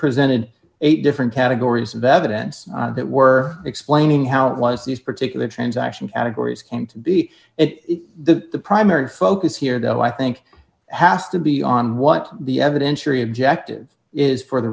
presented eight different categories of evidence that were explaining how it was these particular transaction categories can't be it the primary focus here though i think has to be on what the evidentiary objective is for the